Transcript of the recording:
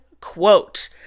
quote